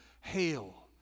Hail